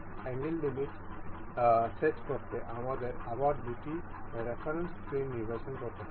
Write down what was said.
angle limit set করতে আমাদের আবার দুটি রেফারেন্স প্লেন নির্বাচন করতে হবে